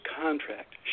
contract